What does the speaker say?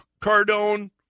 Cardone